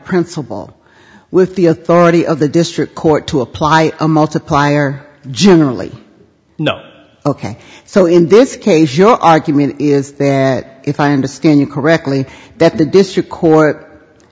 principle with the authority of the district court to apply a multiplier generally know ok so in this case your argument is that if i understand you correctly that the district court